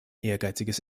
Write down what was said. ehrgeiziges